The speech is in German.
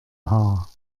haar